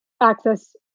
access